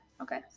okay